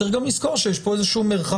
צריך גם לזכור שיש פה איזה שהוא מרחב.